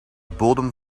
bodem